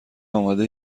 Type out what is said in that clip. آماده